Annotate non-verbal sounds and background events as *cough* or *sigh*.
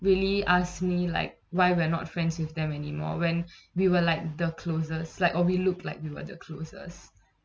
really ask me like why we're not friends with them anymore when *breath* we were like the closest like or we looked like we were the closest